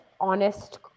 honest